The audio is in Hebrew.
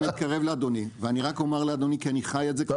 אתקרב לאדוני ואני רק אומר לאדוני כי אני חי את זה כבר 15 שנה.